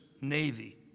navy